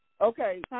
Okay